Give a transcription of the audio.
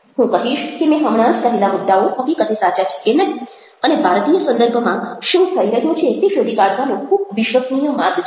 હું કહીશ કે મેં હમણાં જ કહેલા મુદ્દાઓ હકીકતે સાચા છે કે નહિ અને ભારતીય સંદર્ભમાં શું થઈ રહ્યું છે તે શોધી કાઢવાનો ખૂબ વિશ્વસનીય માર્ગ છે